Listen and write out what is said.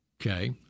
okay